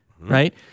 Right